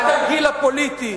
התרגיל הפוליטי.